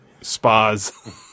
spas